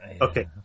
Okay